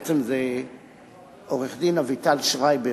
בעצם עורכת-דין אביטל שרייבר,